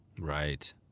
Right